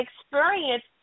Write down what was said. experience